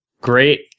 Great